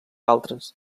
altres